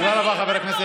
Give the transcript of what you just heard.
יש נגיף,